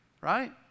right